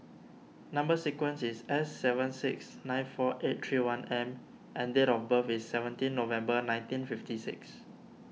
Number Sequence is S seven six nine four eight three one M and date of birth is seventeen November nineteen fifty six